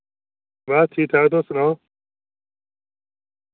बस ठीक ठाक तुस सनाओ